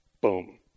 Boom